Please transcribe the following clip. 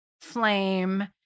flame